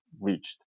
reached